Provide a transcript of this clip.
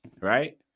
right